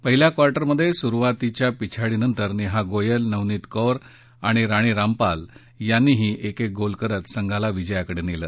पहिल्या क्वार्टरमध्ये सुरुवातीच्या पिछाडीनंतर नेहा गोयल नवनीत कौर आणि राणी रामपाल यांनीही एकेक गोल करत संघाला विजयाकडे नेलं